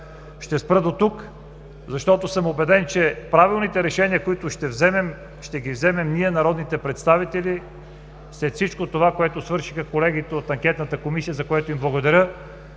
Ще спра дотук, защото съм убеден, че правилните решения, които ще вземем, ще ги вземем ние – народните представители, след всичко това, което свършиха колегите от Анкетната комисия, за което им благодаря.